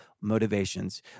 motivations